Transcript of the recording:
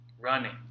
running